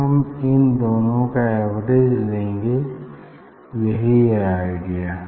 फिर हम इन दोनों का एवरेज लेंगे यही है आईडिया